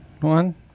one